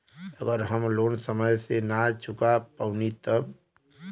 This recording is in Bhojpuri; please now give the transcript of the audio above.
अगर हम लोन समय से ना चुका पैनी तब?